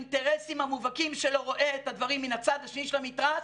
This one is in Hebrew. שבאינטרסים המובהקים שלו רואה את הדברים מן הצד השני של המתרס,